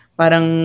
parang